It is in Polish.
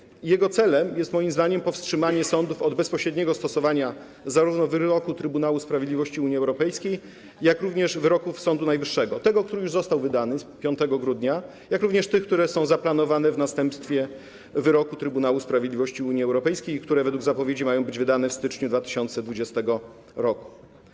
Moim zdaniem jego celem jest powstrzymanie sądów przed bezpośrednim stosowaniem zarówno wyroku Trybunału Sprawiedliwości Unii Europejskiej, jak również wyroków Sądu Najwyższego, tego który już został wydany 5 grudnia, jak również tych które są zaplanowane w następstwie wyroku Trybunału Sprawiedliwości Unii Europejskiej i które zgodnie z zapowiedziami mają być wydane w styczniu 2020 r.